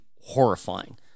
horrifying